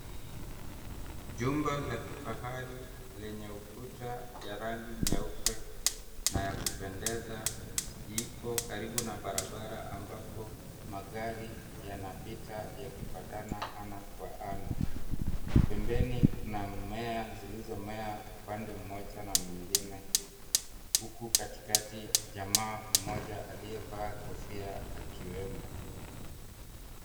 Jumba la kifahari lenye ukuta ya rangi nyeupe na ya kupendeza ipo karibu na barabara ambapo magari yanapita yakifuatana ana kwa ana. Pembeni kuna mmea zilizomea upande mmoja na mwingine, huku katikati jamaa mmoja aliyevaa kofia akiwemo.